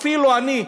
אפילו אני,